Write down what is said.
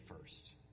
first